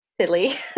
silly